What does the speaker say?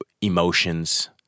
emotions